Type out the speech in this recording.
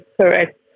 correct